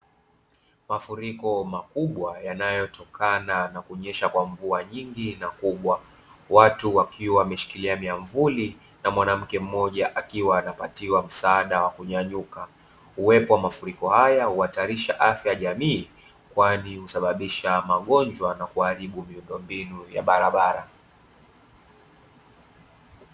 Mafuriko makubwa yanayotokana na kunyesha kwa mvua nyingi na kubwa, watu wakiwa wameshikilia miamvuli na mwanamke mmoja akiwa anapatiwa msaada wa kunyanyuka. Uwepo wa mafuriko haya huhatarisha afya ya jamii, kwani husababisha magonjwa na kuharibu miundo mbinu ya barabara.